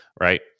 right